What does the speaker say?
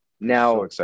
Now